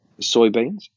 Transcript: soybeans